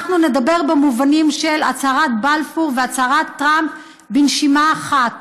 אנחנו נדבר במובנים של הצהרת בלפור והצהרת טראמפ בנשימה אחת,